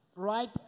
right